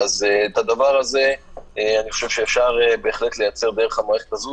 הדבר הזה אני חושב שאפשר בהחלט לייצר דרך המערכת הזאת,